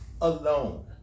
alone